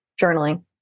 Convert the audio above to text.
journaling